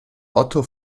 otto